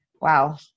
Wow